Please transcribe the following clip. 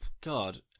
God